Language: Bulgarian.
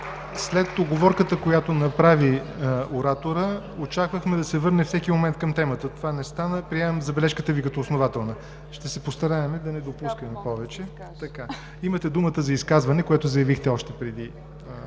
След уговорката, която направи ораторът, очаквахме да се върне всеки момент към темата. Това не стана. Приемам забележката Ви като основателна. Ще се постараем да не я допускаме повече. Имате думата за изказване, което заявихте още преди